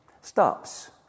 stops